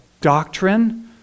doctrine